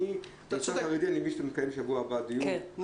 אני מבין שאתה תקיים בשבוע הבא דיון בנושא החרדי.